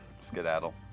skedaddle